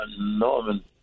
Norman